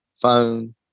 phone